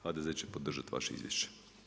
HDZ će podržati vaše izvješće.